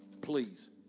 please